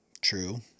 True